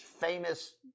famous